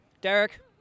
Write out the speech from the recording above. Derek